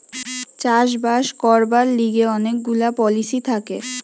চাষ বাস করবার লিগে অনেক গুলা পলিসি থাকে